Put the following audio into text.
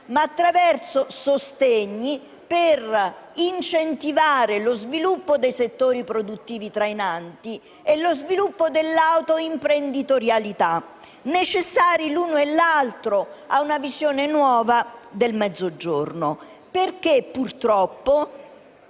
ma attraverso sostegni per incentivare lo sviluppo dei settori produttivi trainanti e lo sviluppo dell'autoimprenditorialità, necessari l'uno e l'altro a una visione nuova del Mezzogiorno, perché purtroppo